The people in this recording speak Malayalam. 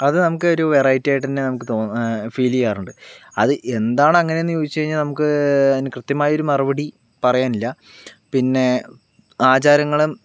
അത് നമുക്ക് ഒരു വെറൈറ്റി ആയിട്ട് തന്നെ നമുക്ക് തോന്നാ ഫീൽ ചെയ്യാറുണ്ട് അത് എന്താണ് അങ്ങനെ എന്ന് ചോദിച്ച് കഴിഞ്ഞാൽ നമുക്ക് അതിനെ കൃത്യമായ ഒരു മറുപടി പറയാനില്ല പിന്നെ ആചാരങ്ങളും